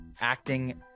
acting